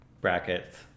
Brackets